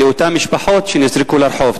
של אותן משפחות שנזרקו לרחוב?